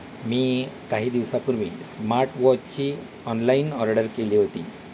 मी काही दिवसापूर्वी स्मार्टवॉचची ऑनलाईन ऑर्डर केली होती